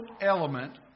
element